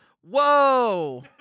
whoa